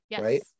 right